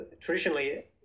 traditionally